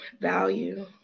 Value